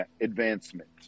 advancement